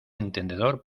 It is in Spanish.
entendedor